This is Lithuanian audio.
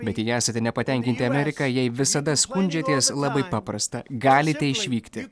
bet jei esate nepatenkinti amerika jai visada skundžiatės labai paprasta galite išvykti